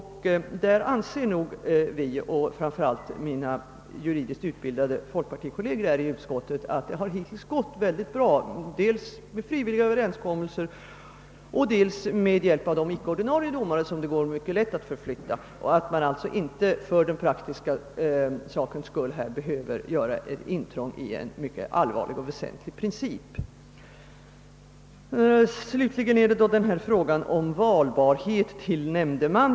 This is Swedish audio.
Därvidlag anser vi och framför allt mina juridiskt utbildade folkpartikolleger i utskottet, att det hittills har gått mycket bra dels genom frivilliga överenskommelser, dels med hjälp av icke-ordinarie domare som det är lätt att förflytta, varför man icke av hänsyn till den praktiska sidan behöver göra intrång i en mycket allvarlig och väsentlig princip. Slutligen är det frågan om valbarhetsåldern för nämndeman.